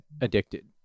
addicted